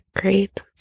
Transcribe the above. great